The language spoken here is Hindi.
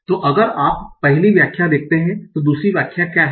तो अगर आप पहली व्याख्या देखते हैं तो दूसरी व्याख्या क्या है